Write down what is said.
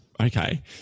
Okay